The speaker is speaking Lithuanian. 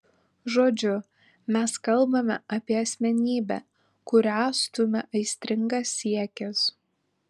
žodžiu mes kalbame apie asmenybę kurią stumia aistringas siekis